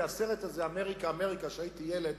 כי הסרט הזה "אמריקה אמריקה" כשהייתי ילד,